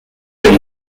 could